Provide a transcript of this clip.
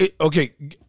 okay